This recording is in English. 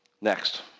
Next